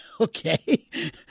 Okay